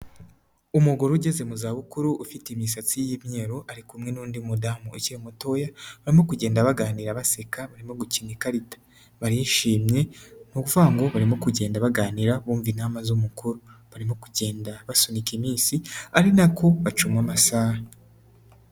Umugore ugeze mu zabukuru ufite imisatsi y'imyeru, ari kumwe n'undi mudamu ukiri mutoya, barimo kugenda baganira baseka barimo gukina ikarita, barishimye ni ukuvuga ngo barimo kugenda baganira bumva inama z'umukuru, barimo kugenda basunika iminsi, ari nako bacuma amasaha.